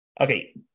okay